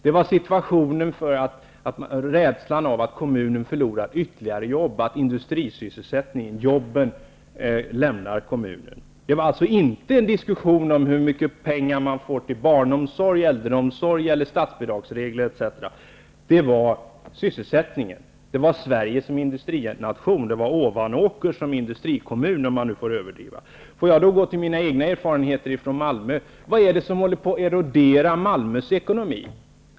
Det var rädslan för att kommunen skulle förlora ytterligare jobb, att industrisysselsättningen, jobben skulle lämna kommunen. Det var alltså inte en diskussion om hur mycket pengar man får till barnomsorg eller äldreomsorg, om statsbidragsregler, etc. Det var sysselsättningen han talade om, det var Sverige som industrination, det var Ovanåker som industrikommun, för att överdriva något. Låt mig sedan gå över till mina egna erfarenheter från Malmö. Vad är det som håller på att erodera Malmös ekonomi?